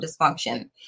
dysfunction